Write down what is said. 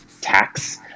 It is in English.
tax